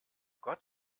gott